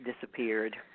disappeared